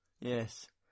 Yes